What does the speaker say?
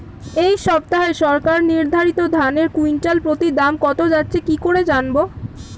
এই সপ্তাহে সরকার নির্ধারিত ধানের কুইন্টাল প্রতি দাম কত যাচ্ছে কি করে জানবো?